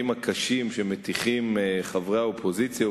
כשאני שומע את הדברים הקשים שמטיחים חברי האופוזיציה,